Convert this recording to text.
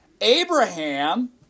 Abraham